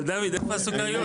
אבל דוד, איפה הסוכריות?